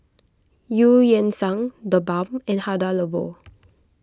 Eu Yan Sang the Balm and Hada Labo